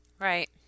right